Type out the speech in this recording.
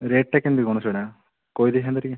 rate ଟା କେମିତି କଣ ସେଇଟା କହି ଦେଇଥାନ୍ତେ ଟିକେ